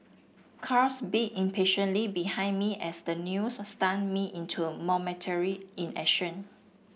cars beeped impatiently behind me as the news stunned me into momentary inaction